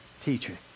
teaching